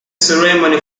ceremony